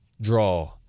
draw